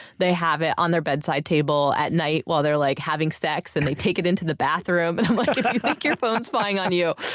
they have it on their bedside table at night while they're like having sex and take it into the bathroom. and i'm like, if you think your phone's spying on you,